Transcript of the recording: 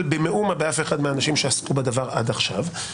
במאומה באף אחד מהאנשים שעסקו בדבר עד עכשיו,